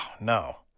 no